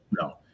no